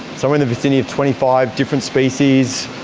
so in the vicinity of twenty five different species.